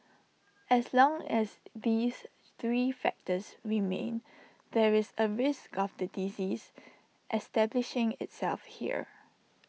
as long as these three factors remain there is A risk of the disease establishing itself here